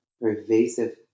pervasive